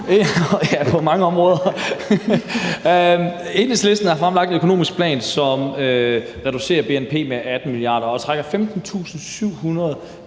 mig at vide noget: Enhedslisten har fremlagt en økonomisk plan, som reducerer bnp med 18 mia. kr. og trækker 15.700 i